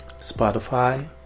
Spotify